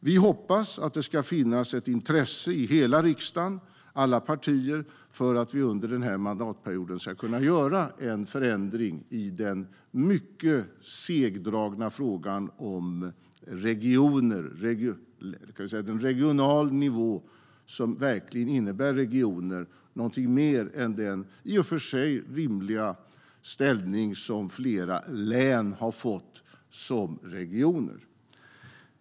Vi hoppas att det ska finnas ett intresse hos riksdagens alla partier för att under den här mandatperioden kunna göra en förändring i den mycket segdragna frågan om en regional nivå som verkligen innebär regioner, något mer än den i och för sig rimliga ställning som flera län har fått som regioner.